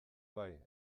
bai